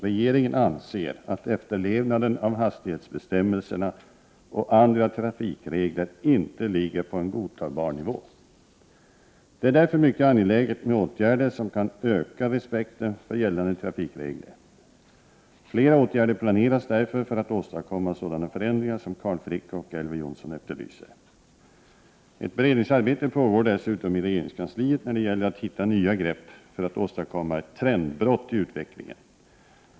Regeringen anser att efterlevnaden av hastighetsbestämmelserna och andra trafikregler inte ligger på en godtagbar nivå. Det är därför mycket angeläget med åtgärder som kan öka respekten för gällande trafikregler. Flera åtgärder planeras därför för att åstadkomma sådana förändringar som Carl Frick och Elver Jonsson efterlyser. Ett beredningsarbete pågår dessutom inom regeringskansliet när det gäller att hitta nya grepp för att åstadkomma ett trendbrott i utvecklingen.